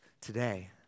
today